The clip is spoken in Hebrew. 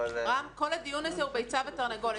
רם, כל הדיון הזה הוא ביצה ותרנגולת.